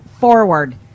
forward